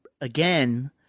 again